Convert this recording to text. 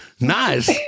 Nice